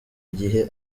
igihe